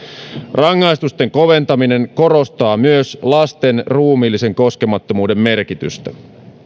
rangaistusten koventaminen korostaa myös lasten ruumiillisen koskemattomuuden merkitystä